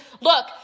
Look